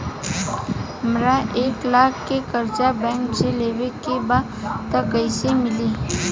हमरा एक लाख के कर्जा बैंक से लेवे के बा त कईसे मिली?